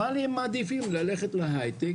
אבל הם מעדיפים ללכת להייטק,